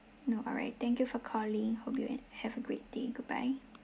no alright thank you for calling hope you ha~ have a great day goodbye